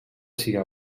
sigui